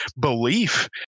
belief